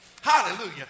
Hallelujah